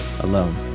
alone